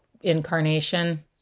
incarnation